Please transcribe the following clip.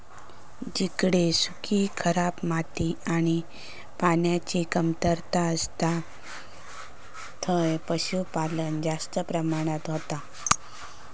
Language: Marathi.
जिकडे सुखी, खराब माती आणि पान्याची कमतरता असता थंय पशुपालन जास्त प्रमाणात होता